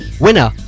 winner